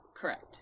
correct